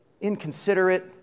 inconsiderate